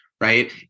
right